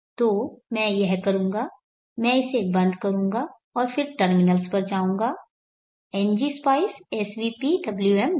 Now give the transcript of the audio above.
तो मैं यह करूंगा मैं इसे बंद कर दूंगा और फिर टर्मिनल्स पर जाऊंगा ngspice svpwmcir